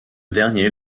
dernier